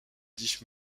death